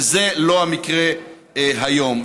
וזה לא המקרה היום.